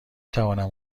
توانم